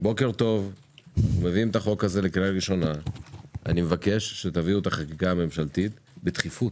אני מבקש שתביאו את הצעת החוק הממשלתית בדחיפות.